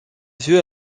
vieu